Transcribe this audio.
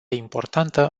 importantă